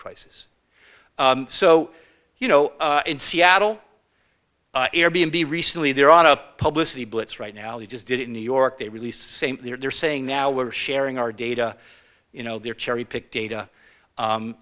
crisis so you know in seattle air b n b recently they're on a publish the blitz right now we just did it in new york they released same they're saying now we're sharing our data you know they're cherry pick data